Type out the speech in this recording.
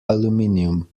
aluminium